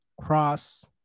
cross